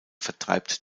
vertreibt